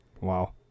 Wow